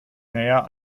näher